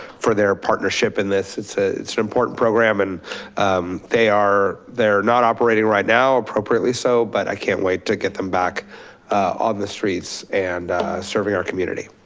for their partnership in this. it's a it's an important program and they are not operating right now appropriately so but i can't wait to get them back on the streets and serving our community.